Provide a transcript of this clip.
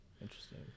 Interesting